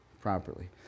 properly